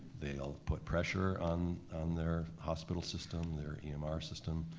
they'll put pressure on on their hospital system, their emr system,